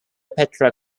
petra